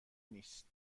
نیست